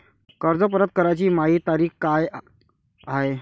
कर्ज परत कराची मायी तारीख का हाय?